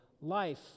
life